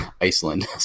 Iceland